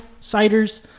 ciders